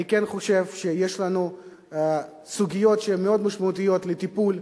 אני כן חושב שיש לנו סוגיות שהן מאוד משמעותיות לטיפול.